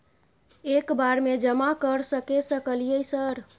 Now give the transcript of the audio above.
एक बार में जमा कर सके सकलियै सर?